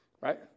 right